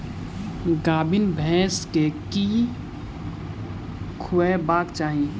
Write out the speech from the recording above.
गाभीन भैंस केँ की खुएबाक चाहि?